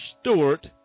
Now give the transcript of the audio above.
Stewart